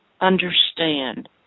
understand